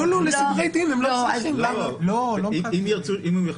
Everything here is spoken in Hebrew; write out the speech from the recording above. לא, לסדרי דין, הם לא צריכים.